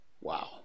Wow